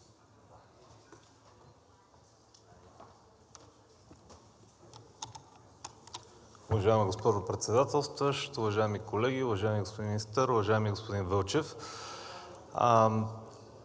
Уважаема госпожо Председателстваща, уважаеми колеги, уважаеми господин Министър, уважаеми господин Вълчев!